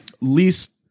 Least